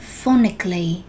phonically